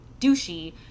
douchey